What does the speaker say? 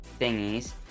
thingies